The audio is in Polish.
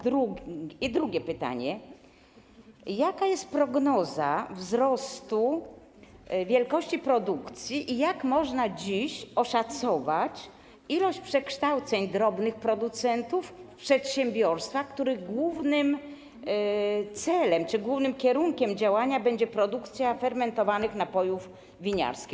Drugie pytanie: Jaka jest prognoza wzrostu wielkości produkcji i jak można dziś oszacować liczbę przekształceń drobnych producentów w przedsiębiorstwa, których głównym celem czy głównym kierunkiem działania będzie produkcja fermentowanych napojów winiarskich?